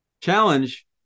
challenge